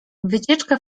wycieczka